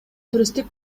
туристтик